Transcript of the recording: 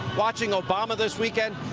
watching obama this weekend,